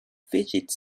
fidget